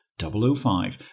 005